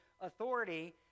authority